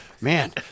Man